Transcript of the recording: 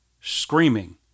screaming